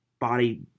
body